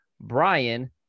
Brian